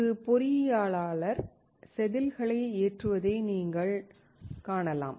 ஒரு பொறியியலாளர் செதில்களை ஏற்றுவதை நீங்கள் காணலாம்